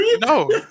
no